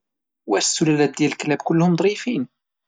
واش السلالات ديال الكلاب كلهم ظريفين؟